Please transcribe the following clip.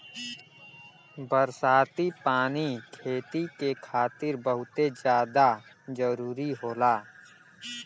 बरसाती पानी खेती के खातिर बहुते जादा जरूरी होला